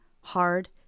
hard